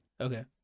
Okay